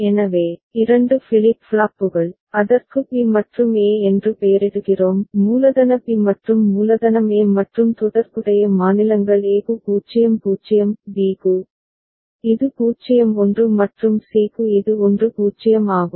எனவே 2 ஃபிளிப் ஃப்ளாப்புகள் அதற்கு பி மற்றும் ஏ என்று பெயரிடுகிறோம் மூலதன பி மற்றும் மூலதனம் A மற்றும் தொடர்புடைய மாநிலங்கள் a க்கு 0 0 b க்கு இது 0 1 மற்றும் c க்கு இது 1 0 ஆகும்